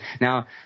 Now